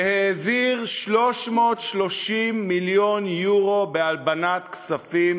העביר 330 מיליון יורו בהלבנת כספים,